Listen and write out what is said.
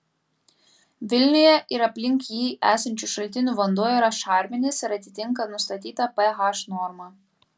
vilniuje ir aplink jį esančių šaltinių vanduo yra šarminis ir atitinka nustatytą ph normą